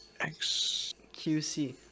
XQC